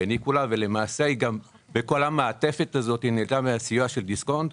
העניקו לה ובכל המעטפת הזאת היא נהנתה מהסיוע של דיסקונט.